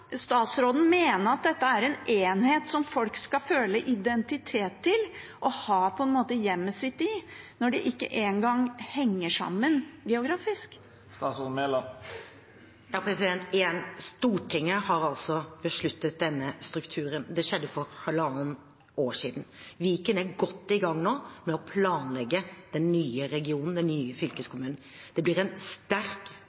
statsråden mene at dette er en enhet som folk skal føle identitet til og ha hjemmet sitt i, når den ikke engang henger sammen geografisk? Stortinget har altså besluttet denne strukturen. Det skjedde for halvannet år siden. Viken er godt i gang med å planlegge den nye regionen, den nye